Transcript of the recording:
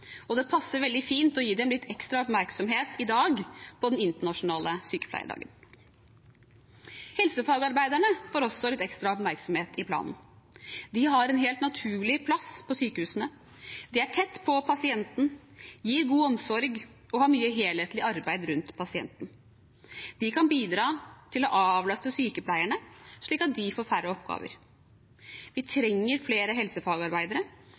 og det passer veldig fint å gi dem litt ekstra oppmerksomhet i dag, på den internasjonale sykepleierdagen. Helsefagarbeiderne får også litt ekstra oppmerksomhet i planen. De har en helt naturlig plass på sykehusene. De er tett på pasienten, gir god omsorg og har mye helhetlig arbeid rundt pasienten. De kan bidra til å avlaste sykepleierne, slik at de får færre oppgaver. Vi trenger flere helsefagarbeidere,